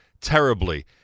terribly